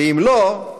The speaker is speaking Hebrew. ואם לא,